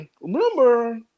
remember